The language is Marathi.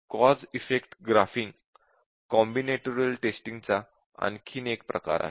cause effect graphing combinatorial testing चा आणखी एक प्रकार आहे